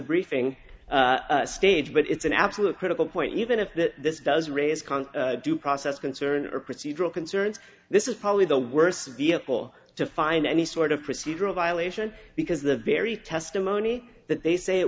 briefing stage but it's an absolute critical point even if that this does raise can't due process concerns or procedural concerns this is probably the worst vehicle to find any sort of procedural violation because the very testimony that they say it